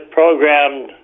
programmed